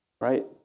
Right